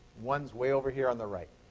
one's way over here on the right.